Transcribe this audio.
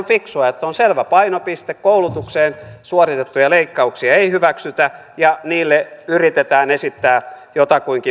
että on selvä painopiste koulutukseen suoritettuja leikkauksia ei hyväksytä ja niille yritetään esittää jotakuinkin uskottava vaihtoehto